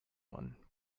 one